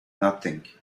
nothing